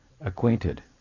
acquainted